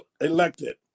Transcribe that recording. elected